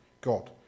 God